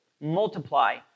multiply